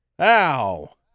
Ow